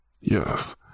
yes